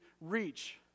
reach